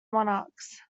monarchs